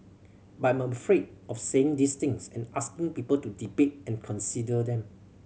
but I'm afraid of saying these things and asking people to debate and consider them